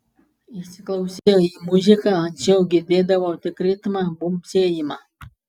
įsiklausiau į muziką anksčiau girdėdavau tik ritmą bumbsėjimą